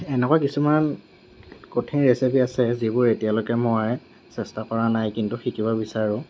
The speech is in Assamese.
এনেকুৱা কিছুমান কঠিন ৰেচিপি আছে যিবোৰ এতিয়ালৈকে মই চেষ্টা কৰা নাই কিন্তু শিকিব বিচাৰোঁ